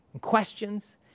questions